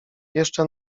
jeszcze